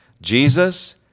Jesus